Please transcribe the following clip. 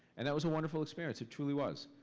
and that was a wonderful experience, it truly was.